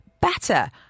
better